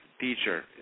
teacher